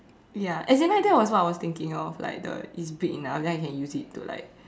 ya as in like that was what I was thinking of like the it's big enough then I can use it to like